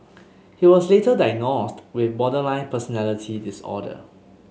he was later diagnosed with borderline personality disorder